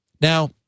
Now